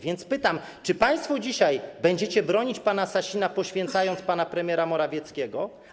Więc pytam: Czy państwo dzisiaj będziecie bronić pana Sasina, poświęcając pana premiera Morawieckiego?